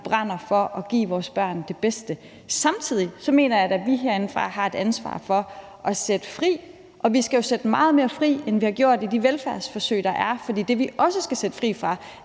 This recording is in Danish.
brænder for at give vores børn det bedste. Samtidig mener jeg da, at vi herindefra har et ansvar for at sætte fri, og vi skal jo sætte meget mere fri, end vi har gjort i de velfærdsforsøg, der er. For det, vi også skal sætte dem fri fra,